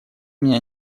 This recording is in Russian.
меня